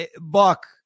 Buck